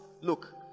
look